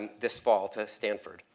this fall to stanford.